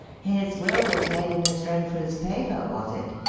his will was made in miss renfrew's favour, was it?